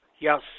Yes